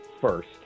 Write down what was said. first